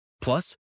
Plus